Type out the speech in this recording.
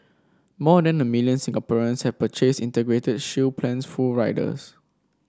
more than a million Singaporeans have purchased Integrated Shield Plan full riders